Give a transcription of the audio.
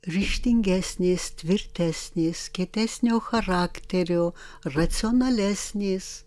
ryžtingesnės tvirtesnės kietesnio charakterio racionalesnės